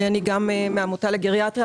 אני גם מהעמותה לגריאטריה,